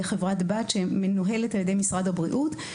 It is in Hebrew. חברת בת שמנוהלת על ידי משרד הבריאות.